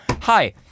Hi